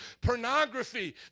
Pornography